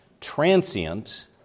transient